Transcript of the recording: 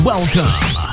Welcome